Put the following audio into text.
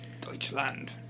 Deutschland